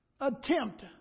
attempt